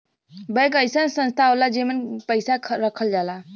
bank अइसन संस्था होला जेमन पैसा रखल जाला